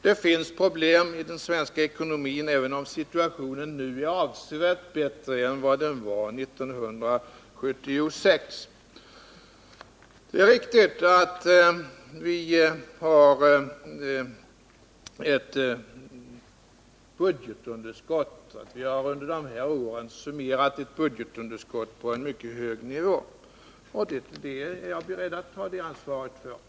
Det finns alltså problem i den svenska ekonomin, även om situationen nu är avsevärt bättre än vad den var 1976. Det är riktigt att vi har ett budgetunderskott, att vi under dessa år har summerat ett budgetunderskott på en mycket hög nivå. Jag är beredd att ta ansvaret för det.